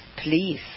Please